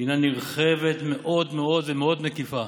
הינה נרחבת מאוד מאוד ומאוד מקיפה,